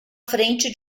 frente